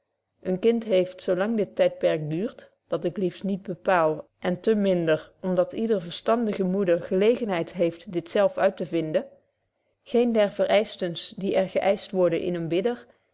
een kind heeft zo lang dit tydperk duurt dat ik liefst niet bepaal en te minder om dat yder betje wolff proeve over de opvoeding verstandige moeder gelegenheid heeft dit zelf uittevinden geen der verëischtens die er geëischt worden in eenen bidder